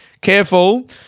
Careful